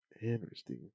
Interesting